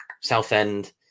Southend